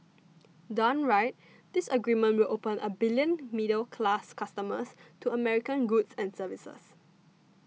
done right this agreement will open a billion middle class customers to American goods and services